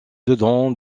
dedans